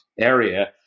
area